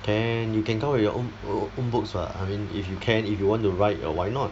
can you can come with your own own books ah I mean if you can if you want to write uh why not